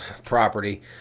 property